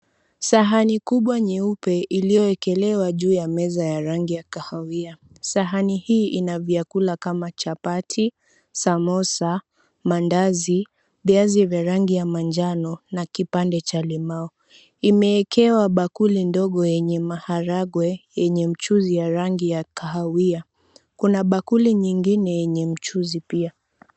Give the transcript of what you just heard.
Sahani kubwa nyeupe iliyowekelewa juu ya meza ya rangi ya kahawia. Sahani hii ina vyakula kama chapati, samosa, mandazi, viazi vya rangi ya manjano na kipande cha limau imeekewa bakuli ndogo yenye maharagwe yenye mchuzi ya rangi ya kahawia. Kuna bakuli nyingine yenye mchuzi pia.